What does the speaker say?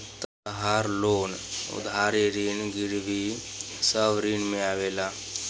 तहार लोन उधारी ऋण गिरवी सब ऋण में आवेला